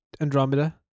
Andromeda